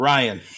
Ryan